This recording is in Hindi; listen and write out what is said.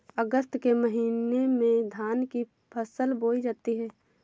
अगस्त के महीने में धान की फसल बोई जाती हैं